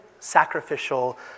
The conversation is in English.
sacrificial